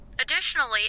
Additionally